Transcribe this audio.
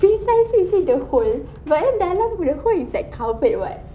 precisely he say the hole but then dalam the hole is like covered [what]